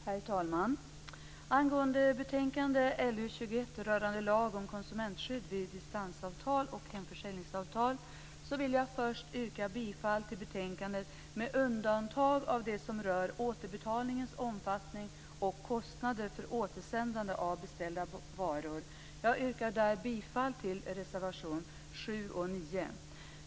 Herr talman! Angående betänkandet LU21 rörande Lag om konsumentskydd vid distansavtal och hemförsäljningsavtal vill jag först yrka bifall till utskottets hemställan med undantag av det som rör återbetalningens omfattning och kostnaderna för återsändande av beställda varor. Jag yrkar där bifall till reservationerna 7 och 9.